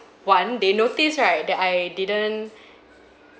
one they notice right that I didn't